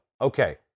Okay